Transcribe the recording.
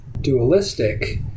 dualistic